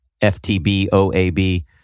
F-T-B-O-A-B